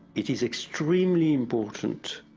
iit is extremely important.